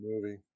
movie